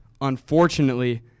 unfortunately